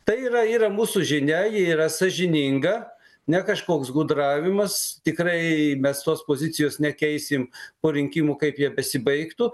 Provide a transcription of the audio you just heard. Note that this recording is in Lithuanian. tai yra yra mūsų žinia ji yra sąžininga ne kažkoks gudravimas tikrai mes tos pozicijos nekeisim po rinkimų kaip jie besibaigtų